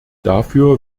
dafür